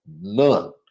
None